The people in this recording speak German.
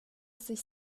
sich